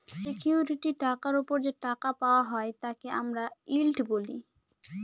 security টাকার ওপর যে টাকা পাওয়া হয় তাকে আমরা ইল্ড বলি